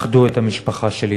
אחדו את המשפחה שלי.